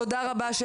תודה רבה.